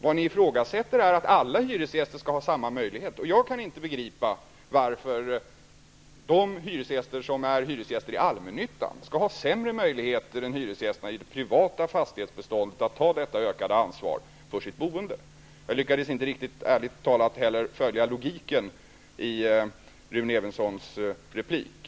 Vad ni ifrågasätter är att alla hyresgäster skall ha samma möjligheter, och jag kan inte begripa varför de som är hyresgäster i allmännyttan skall ha sämre möjligheter än hyresgästerna i det privata fastighetsbeståndet att ta ökat ansvar för sitt boende. Jag lyckades ärligt talat inte riktigt följa logiken i Rune Evenssons replik.